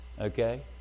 Okay